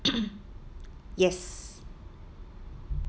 yes